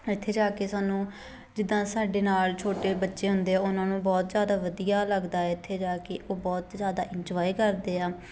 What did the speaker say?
ਇੱਥੇ ਜਾ ਕੇ ਸਾਨੂੰ ਜਿੱਦਾਂ ਸਾਡੇ ਨਾਲ ਛੋਟੇ ਬੱਚੇ ਹੁੰਦੇ ਆ ਉਹਨਾਂ ਨੂੰ ਬਹੁਤ ਜ਼ਿਆਦਾ ਵਧੀਆ ਲੱਗਦਾ ਇੱਥੇ ਜਾ ਕੇ ਉਹ ਬਹੁਤ ਜ਼ਿਆਦਾ ਇੰਜੋਏ ਕਰਦੇ ਆ